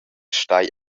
stai